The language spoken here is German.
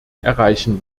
erreichen